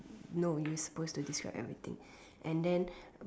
no you supposed to describe everything and then